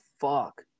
fuck